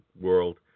world